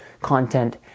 content